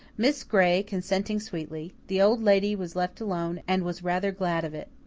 miss gray consenting sweetly, the old lady was left alone and was rather glad of it.